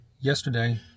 yesterday